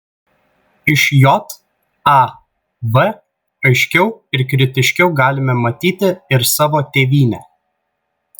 iš jav aiškiau ir kritiškiau galime matyti ir savo tėvynę